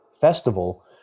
festival